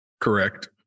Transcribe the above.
correct